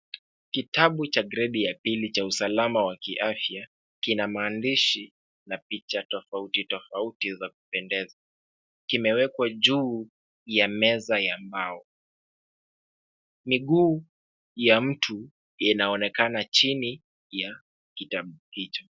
Kitabu cha gredi ya pili cha usalama wa kiafya, kina maandishi na picha tofauti tofauti za kupendeza. Kimewekwa juu ya meza ya mbao. Miguu ya mtu inaonekana chini ya kitabu hicho.